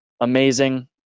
amazing